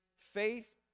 Faith